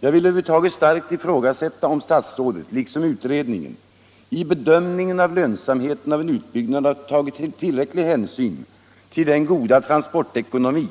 Jag vill över huvud taget starkt ifrågasätta om statsrådet liksom utredningen i bedömningen av lönsamheten av utbyggnaden har tagit tillräcklig hänsyn till den goda transportekonomi